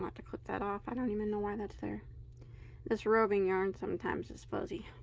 but to put that off. i don't even know why that's there this roving yarn. sometimes it's fuzzy